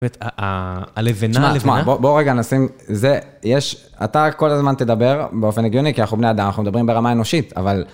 זאת אומרת, הלבנה, הלבנה. בוא רגע, נשים, זה, יש, אתה כל הזמן תדבר באופן הגיוני, כי אנחנו בני אדם, אנחנו מדברים ברמה האנושית, אבל...